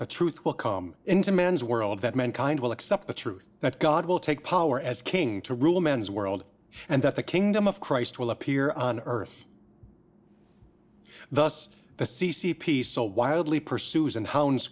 the truth will come into man's world that mankind will accept the truth that god will take power as king to rule man's world and that the kingdom of christ will appear on earth thus the c c p so wildly pursues and hounds